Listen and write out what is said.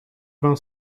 vingt